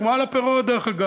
כמו על הפירות, דרך אגב.